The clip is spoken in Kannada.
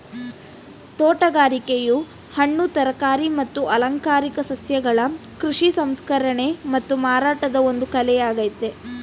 ತೋಟಗಾರಿಕೆಯು ಹಣ್ಣು ತರಕಾರಿ ಮತ್ತು ಅಲಂಕಾರಿಕ ಸಸ್ಯಗಳ ಕೃಷಿ ಸಂಸ್ಕರಣೆ ಮತ್ತು ಮಾರಾಟದ ಒಂದು ಕಲೆಯಾಗಯ್ತೆ